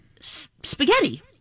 spaghetti